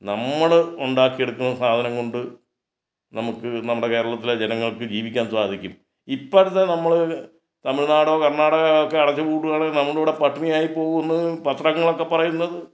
നമ്മൾ ഉണ്ടാക്കിയെടുക്കുന്ന സാധനം കൊണ്ട് നമുക്ക് നമ്മുടെ കേരളത്തിലെ ജനങ്ങൾക്ക് ജീവിക്കാൻ സാധിക്കും ഇപ്പോഴത്തെ നമ്മൾ തമിഴ്നാടോ കർണാടകയോ ഒക്കെ അടച്ചു പൂട്ടുക ആണെങ്കിൽ നമ്മൾ ഇവിടെ പട്ടിണിയായി പോകുമെന്ന് പത്രങ്ങളൊക്കെ പറയുന്നത്